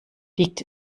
liegt